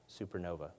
supernova